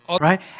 Right